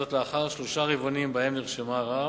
לאחר שלושה רבעונים שבהם נרשמה הרעה.